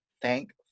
thank